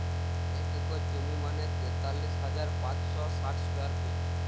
এক একর জমি মানে তেতাল্লিশ হাজার পাঁচশ ষাট স্কোয়ার ফিট